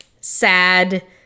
sad